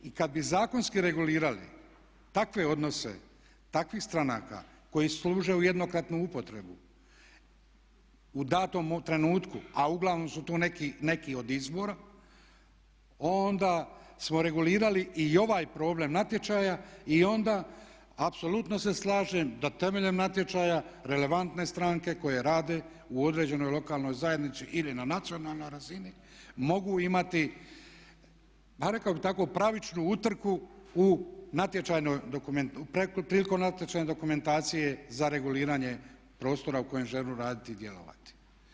I kada bi zakonski regulirali takve odnose, takvih stranaka koji služe u jednokratnu upotrebu, u danom trenutku a uglavnom su to neki od izbora onda smo regulirali i ovaj problem natječaja i onda apsolutno se slažem da temeljem natječaja relevantne stranke koje rade u određenoj lokalnoj zajednici ili na nacionalnoj razini mogu imati, pa rekao bih tako pravičnu utrku u natječajnoj, prilikom natječajne dokumentacije za reguliranje prostora u kojem žele raditi i djelovati.